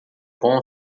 bom